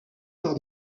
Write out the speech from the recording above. par